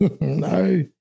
No